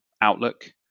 outlook